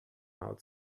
out